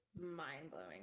mind-blowing